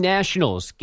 Nationals